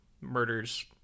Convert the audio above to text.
murders